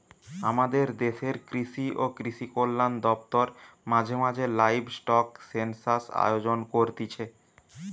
আমদের দেশের কৃষি ও কৃষিকল্যান দপ্তর মাঝে মাঝে লাইভস্টক সেনসাস আয়োজন করতিছে